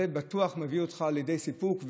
זה בטוח מביא אותך לידי סיפוק.